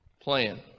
plan